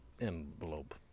envelope